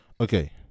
Okay